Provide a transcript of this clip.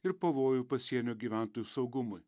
ir pavojų pasienio gyventojų saugumui